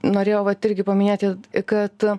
norėjau vat irgi paminėti kad